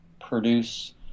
produce